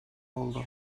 oldu